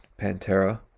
Pantera